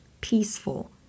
peaceful